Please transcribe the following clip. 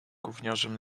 gówniarzem